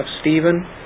Stephen